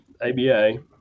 ABA